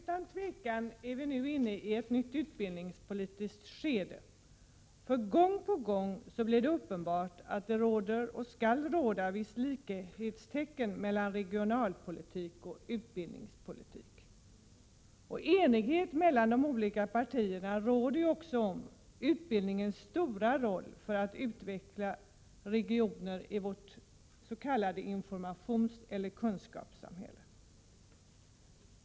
Fru talman! Utan tvivel är vi inne i ett nytt utbildningspolitiskt skede. Gång på gång blir det uppenbart att det skall råda likhetstecken mellan regionalpolitik och utbildningspolitik. Enighet råder mellan de olika partierna om utbildningens stora roll för att utveckla regioner i vårt s.k. informationsoch kunskapssamhälle.